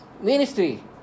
ministry